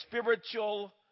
spiritual